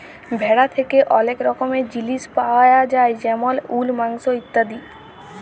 ভেড়া থ্যাকে ওলেক রকমের জিলিস পায়া যায় যেমল উল, মাংস ইত্যাদি